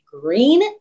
green